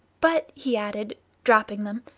but, he added, dropping them,